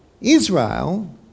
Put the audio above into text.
Israel